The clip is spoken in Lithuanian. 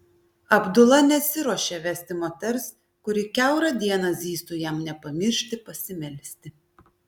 abdula nesiruošė vesti moters kuri kiaurą dieną zyztų jam nepamiršti pasimelsti